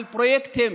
על פרויקטים,